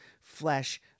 flesh